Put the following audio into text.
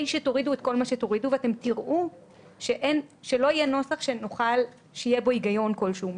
שתורידו את כל מה שתורידו ואתם תראו שלא יהיה נוסח שיהיה בו היגיון כלשהו,